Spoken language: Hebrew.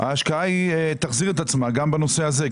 ההשקעה תחזיר את עצמה גם בנושא הזה,